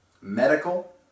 medical